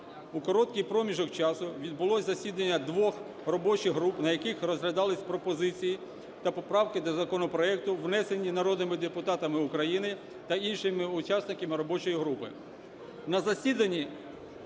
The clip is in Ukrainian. У короткий проміжок часу відбулось засідання двох робочих груп, на яких розглядались пропозиції та поправки до законопроекту, внесені народними депутатами України та іншими учасниками робочої групи.